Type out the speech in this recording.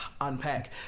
unpack